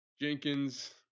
Jenkins